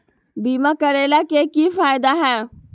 बीमा करैला के की फायदा है?